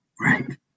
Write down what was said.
Right